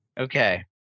Okay